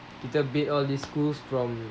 kita beat all these schools from